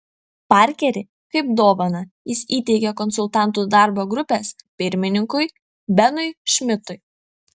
parkerį kaip dovaną jis įteikė konsultantų darbo grupės pirmininkui benui šmidtui